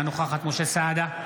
אינה נוכחת משה סעדה,